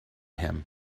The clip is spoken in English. him